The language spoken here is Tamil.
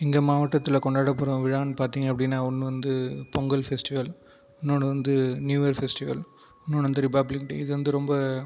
எங்கள் மாவட்டத்தில் கொண்டாடப்படுற விழான்னு அப்படின்னு பார்த்திங்கன்னா ஒன்று வந்து பொங்கல் ஃபெஸ்டிவல் இன்னொன்று வந்து நியூ இயர் ஃபெஸ்டிவல் இன்னொன்று வந்து ரிபப்ளிக் டே இது வந்து ரொம்ப